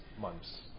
months